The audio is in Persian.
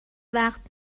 وقت